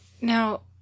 Now